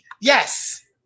yes